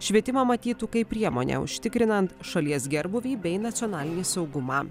švietimą matytų kaip priemonę užtikrinant šalies gerbūvį bei nacionalinį saugumą